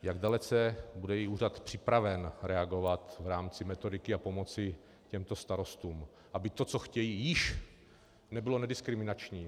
Jak dalece bude její úřad připraven reagovat v rámci metodiky a pomoci těmto starostům, aby to, co chtějí, již nebylo nediskriminační?